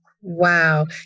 Wow